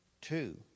Two